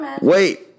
wait